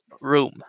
room